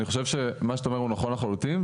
אני חושב שמה שאתה אומר הוא נכון לחלוטין,